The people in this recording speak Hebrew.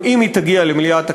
אם היא תגיע למליאת הכנסת,